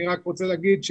רוצה להגיד,